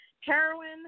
Heroin